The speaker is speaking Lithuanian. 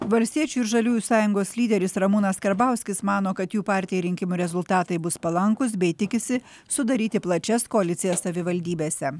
valstiečių ir žaliųjų sąjungos lyderis ramūnas karbauskis mano kad jų partijai rinkimų rezultatai bus palankūs bei tikisi sudaryti plačias koalicijas savivaldybėse